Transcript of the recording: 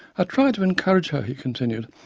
i tried to encourage her, he continued,